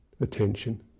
attention